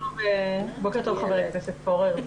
בוקר טוב חבר הכנסת פורר,